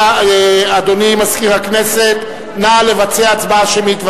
אדוני מזכיר הכנסת, נא לבצע הצבעה שמית.